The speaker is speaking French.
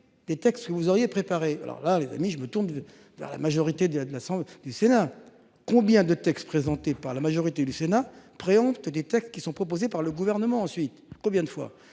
Des textes que vous auriez préparé, alors là les amis je me tourne vers la majorité des de la Assemblée du Sénat. Combien de textes présentés par la majorité du Sénat préempte des textes qui sont proposés par le gouvernement. Ensuite, combien de fois